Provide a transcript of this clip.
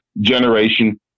generation